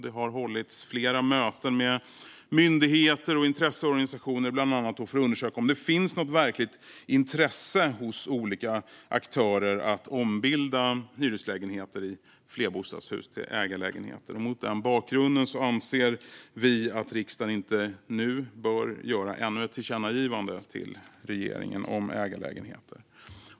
Det har hållits flera möten med myndigheter och intresseorganisationer, bland annat för att undersöka om det finns någon verkligt intresse hos olika aktörer av att ombilda hyreslägenheter i flerbostadshus till ägarlägenheter. Mot den bakgrunden anser vi att riksdagen inte nu bör göra ännu ett tillkännagivande till regeringen om ägarlägenheter.